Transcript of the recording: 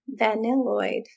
vanilloid